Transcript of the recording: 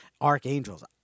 archangels